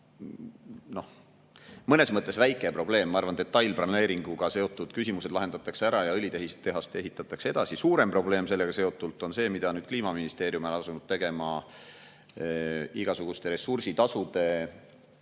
on mõnes mõttes väike probleem, sest detailplaneeringuga seotud küsimused lahendatakse ära ja õlitehast ehitatakse edasi. Suurem probleem sellega seotult on see, mida nüüd Kliimaministeerium on asunud tegema igasuguste ressursitasude ja